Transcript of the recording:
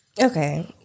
Okay